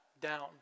down